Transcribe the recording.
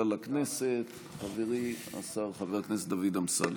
לכנסת חברי השר חבר הכנסת דוד אמסלם.